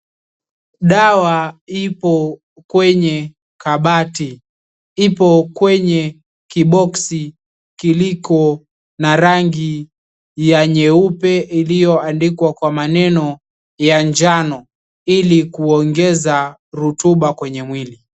Dawa ipo kwenye kabati. Ipo kwenye kiboksi kiliko na rangi ya nyeupe iliyoandikwa kwa maneno ya njano ili kuongeza rutuba kwenye mwili.